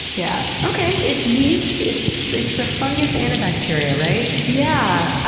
yeah okay. it's yeast, it's it's a fungus and a bacteria, right? yeah.